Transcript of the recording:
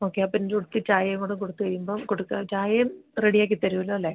okay അപ്പം ചുട്ട് ചായേം കൂടി കൊടുത്ത് കഴിയുമ്പം കൊടുക്കാൻ ചായയും റെഡിയാക്കി തരുമല്ലോ അല്ലേ